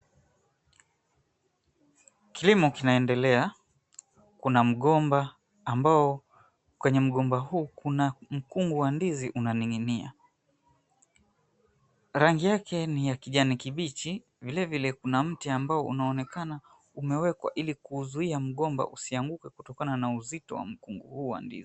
Kilimo kinaendelea, kuna mgonga ambao kwenye mgomba huu kuna mkungu wa ndizi unaning'inia, rangi yake ni ya kijani kibichi vilevile kuna mti ambao unaonekana umewekwa ili kuzuia mgomba usianguke kutokana na uzito wa mkungu hu wa ndizi.